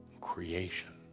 creation